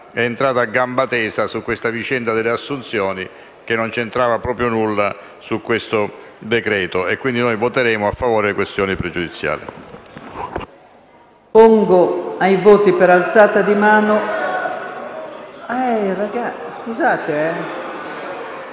è entrata a gamba tesa sulla vicenda delle assunzioni, che non c'entrava proprio nulla con questo decreto. Pertanto, voteremo a favore della questione pregiudiziale.